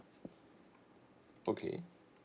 okay